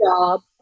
job